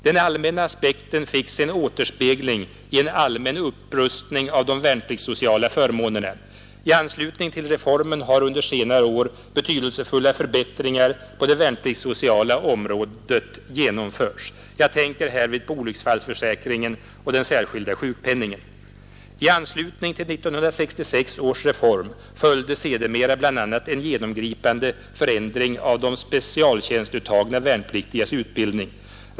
Den allmänna aspekten fick sin återspegling i en allmän upprustning av de värnpliktssociala förmånerna. I anslutning till reformen har under senare år betydelsefulla förbättringar på det värnpliktssociala området genomförts. Jag tänker härvid på olycksfallsförsäkringen och den särskilda sjukpenningen. I anslutning till 1966 års reform följde sedermera bl.a. en genomgripande förändring av de specialtjänstuttagna värnpliktigas utbildning.